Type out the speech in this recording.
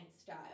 style